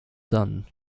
done